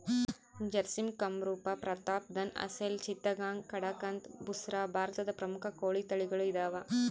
ಜರ್ಸಿಮ್ ಕಂರೂಪ ಪ್ರತಾಪ್ಧನ್ ಅಸೆಲ್ ಚಿತ್ತಗಾಂಗ್ ಕಡಕಂಥ್ ಬುಸ್ರಾ ಭಾರತದ ಪ್ರಮುಖ ಕೋಳಿ ತಳಿಗಳು ಇದಾವ